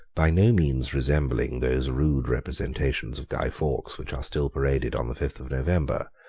by no means resembling those rude representations of guy faux which are still paraded on the fifth of november,